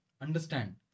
understand